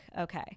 okay